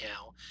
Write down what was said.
now